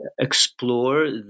explore